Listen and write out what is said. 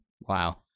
wow